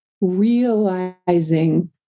realizing